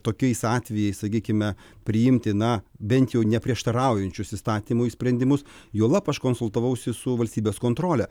tokiais atvejais sakykime priimti na bent jau ne prieštaraujančius įstatymui sprendimus juolab aš konsultavausi su valstybės kontrole